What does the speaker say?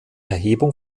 erhebung